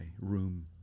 room